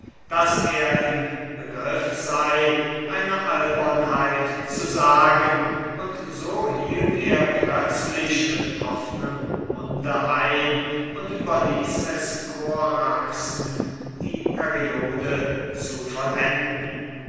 daß er im begriff sei eine sottise zu sagen und so hielt er plötzlich mit offnem munde still und überließ es dem korax die periode zu vollenden